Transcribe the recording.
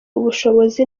ubushobozi